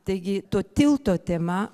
taigi to tilto tema